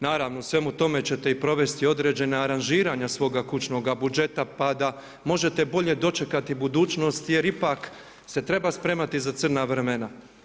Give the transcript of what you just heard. Naravno u svemu tome ćete i provesti određena aranžiranja svoga kućnoga budžeta pa da možete bolje dočekati budućnost jer ipak se treba spremati za crna vremena.